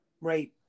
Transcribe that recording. Right